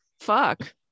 fuck